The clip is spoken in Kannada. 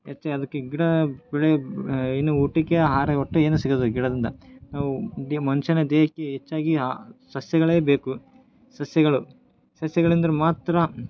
ಹೆಚ್ಚೆ ಅದಕ್ಕೆ ಗಿಡ ಬೆಳೆಯುದು ಇನ್ನು ಊಟಕ್ಕೆ ಆಹಾರ ಒಟ್ಟು ಏನು ಸಿಗೋದಿಲ್ಲ ಗಿಡದಿಂದ ನಾವು ದೇ ಮನುಷ್ಯನ ದೇಹಕ್ಕೆ ಹೆಚ್ಚಾಗಿ ಆ ಸಸ್ಯಗಳೇ ಬೇಕು ಸಸ್ಯಗಳು ಸಸ್ಯಗಳಿಂದನ ಮಾತ್ರ